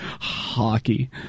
Hockey